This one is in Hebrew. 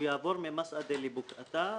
הוא יעבור ממסעדה לבוקעתא.